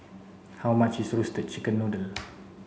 How much is roasted chicken noodle